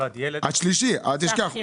השלישי, אל תשכח.